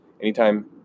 anytime